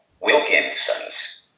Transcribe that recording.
Wilkinson's